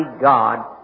God